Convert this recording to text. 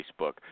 Facebook